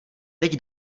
teď